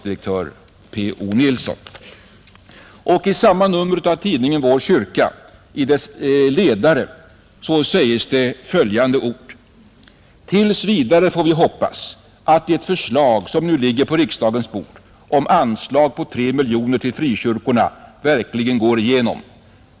I samma nummer av tidningen Vår Kyrka heter det i ledaren: ”Tills vidare får vi hoppas, att det förslag, som nu ligger på riksdagens bord om anslag på 3 milj. till frikyrkorna, verkligen går igenom.